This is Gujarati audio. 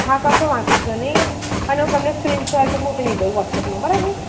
હા કશો વાંધો નહીં અને હું તમને સ્ક્રીન સોર્ટ મોકલી દઉં વૉટ્સએપમાં બરાબર